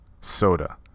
soda